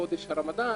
חודש הרמדאן,